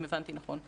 אם הבנתי נכון.